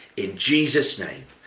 in jesus' name.